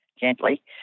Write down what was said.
gently